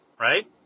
right